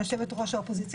יושבת-ראש הקואליציה.